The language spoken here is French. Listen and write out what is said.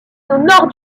nord